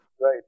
Right